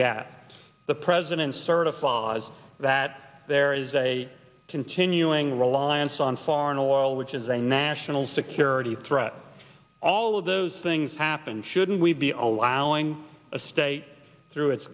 gap the president certifies that there is a continuing reliance on foreign oil which is a national security threat all of those things happen shouldn't we be allowing a state through it